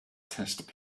test